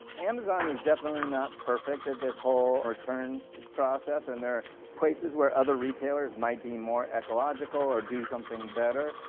amazon is definitely not perfect at this whole returns process and there are places where other retailers might be more ecological or do something better.